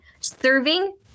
serving